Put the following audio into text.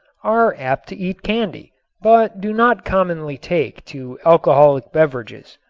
are apt to eat candy but do not commonly take to alcoholic beverages.